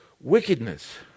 wickedness